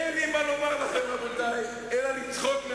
ויהיו הרבה מאוד נציגים